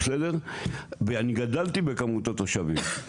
ואני גדלתי בכמות התושבים,